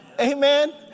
amen